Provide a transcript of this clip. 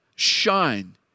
Shine